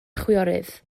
chwiorydd